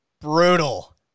brutal